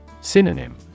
Synonym